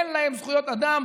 אין להם זכויות אדם,